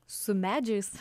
su medžiais